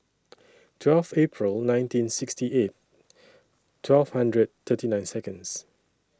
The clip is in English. twelve April nineteen sixty eight twelve hundred thirty nine Seconds